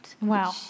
Wow